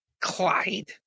Clyde